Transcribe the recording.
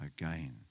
again